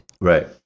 Right